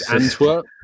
Antwerp